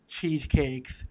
cheesecakes